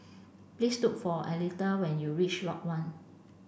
please look for Aletha when you reach Lot One